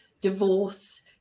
divorce